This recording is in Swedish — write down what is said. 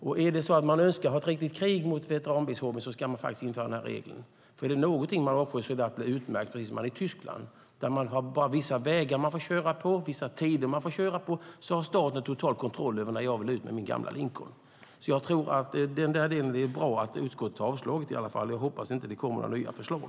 Om man önskar föra ett riktigt krig mot veteranbilägarna ska man införa den regeln, för är det någonting de avskyr är det att bli utskild, såsom skett i Tyskland. Där får man bara köra på vissa vägar och på vissa tider, och staten har total kontroll över mig när jag vill ut med min gamla Lincoln. Det är därför bra att utskottet avstyrkt den delen, och jag hoppas att det inte kommer några nya förslag.